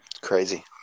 crazy